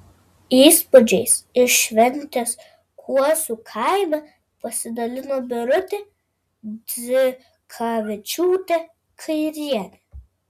įspūdžiais iš šventės kuosių kaime pasidalino birutė dzikavičiūtė kairienė